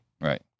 Right